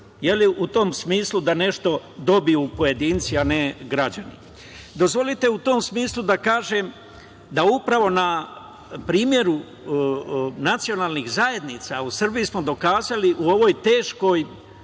u tom smislu da nešto dobiju pojedinci, a ne građani. Dozvolite u tom smislu da kažem da upravo na primeru nacionalnih zajednica u Srbiji smo dokazali u ovoj teškoj